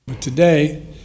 Today